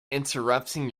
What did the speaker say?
interrupting